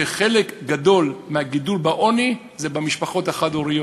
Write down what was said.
חלק גדול מהגידול בעוני זה במשפחות החד-הוריות,